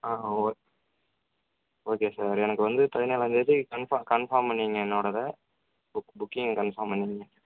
ஆ ok okay sir எனக்கு வந்து பதினேழாந் தேதி கன்ஃபார்ம் கன்ஃபார்ம் பண்ணிக்கிங்க என்னோடதை புக் புக்கிங் கன்ஃபார்ம் பண்ணிக்கிங்க